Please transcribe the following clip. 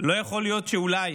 לא יכול להיות שאולי